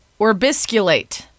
Orbisculate